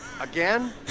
Again